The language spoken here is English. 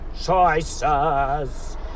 choices